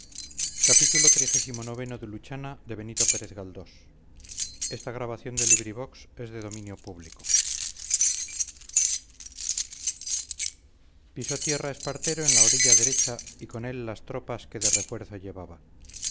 pisó tierra espartero en la orilla derecha y con él las tropas que de refuerzo llevaba